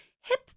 hip